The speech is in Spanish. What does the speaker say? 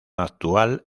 actual